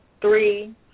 three